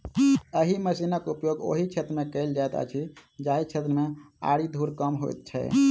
एहि मशीनक उपयोग ओहि क्षेत्र मे कयल जाइत अछि जाहि क्षेत्र मे आरि धूर कम होइत छै